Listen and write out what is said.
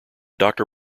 doctor